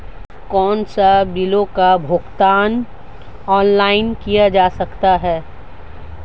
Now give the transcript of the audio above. कौनसे बिलों का भुगतान ऑनलाइन किया जा सकता है?